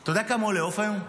אתה יודע כמה עולה עוף היום?